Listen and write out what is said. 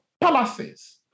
palaces